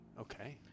okay